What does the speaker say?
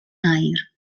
aur